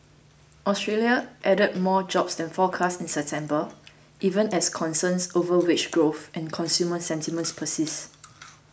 Australia added more jobs than forecast in September even as concerns over wage growth and consumer sentiment persist